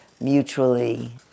mutually